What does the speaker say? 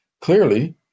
clearly